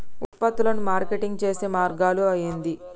ఉత్పత్తులను మార్కెటింగ్ చేసే మార్గాలు ఏంది?